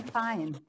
fine